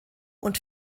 und